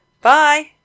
Bye